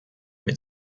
mit